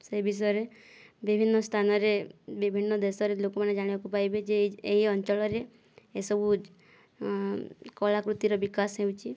ସେ ବିଷୟରେ ବିଭିନ୍ନ ସ୍ଥାନରେ ବିଭିନ୍ନ ଦେଶରେ ଲୋକମାନେ ଜାଣିବାକୁ ପାଇବେ ଯେ ଏହି ଏହି ଅଞ୍ଚଳରେ ଏସବୁ କଳାକୃତିର ବିକାଶ ହେଉଛି